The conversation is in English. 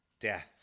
death